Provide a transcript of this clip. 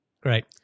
Great